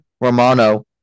Romano